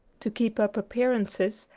to keep up appearances,